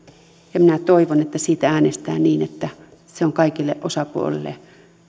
ja minä toivon että siitä äänestetään niin että se on kaikille osapuolille